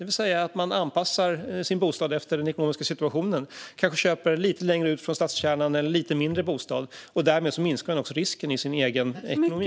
Man anpassar alltså sin bostad efter den ekonomiska situationen - kanske köper en bostad lite längre ut från stadskärnan eller en lite mindre bostad. Därmed minskar man också risken i sin egen ekonomi.